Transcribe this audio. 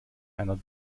einer